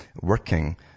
working